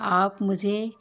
आप मुझे